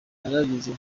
nararize